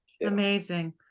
amazing